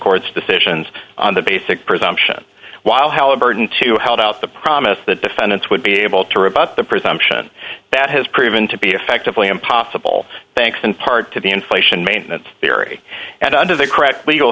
court's decisions on the basic presumption while halliburton to help out the promise the defendants would be able to rip up the presumption that has proven to be effectively impossible thanks in part to the inflation maintenance theory and under the correct legal